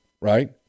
right